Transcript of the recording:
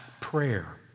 prayer